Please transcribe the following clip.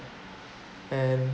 and